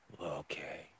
Okay